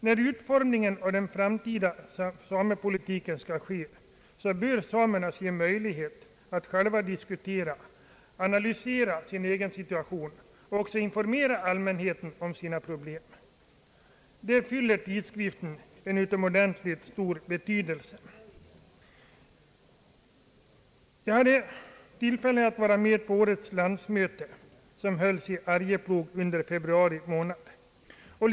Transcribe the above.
När den framtida samepolitiken skall utformas bör samerna få tillfälle att själva diskutera och analysera sin situation och även informera allmänheten om sina problem. Därvidlag fyller tidningen Samefolket en utomordentligt stor uppgift. Jag hade tillfälle att vara med på årets landsmöte, som hölls i Arjeplog under februari månad.